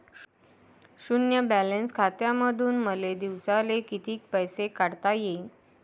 शुन्य बॅलन्स खात्यामंधून मले दिवसाले कितीक पैसे काढता येईन?